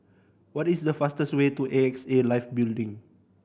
what is the fastest way to A X A Life Building